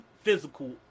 physical